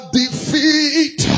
defeat